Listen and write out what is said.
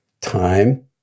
time